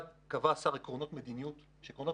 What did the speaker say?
השר קבע מייד עקרונות מדיניות עקרונות